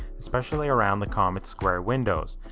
especially around the comets square windows,